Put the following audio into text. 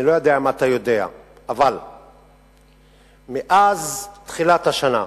אני לא יודע אם אתה יודע, אבל מאז תחילת השנה,